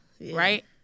right